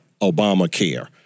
Obamacare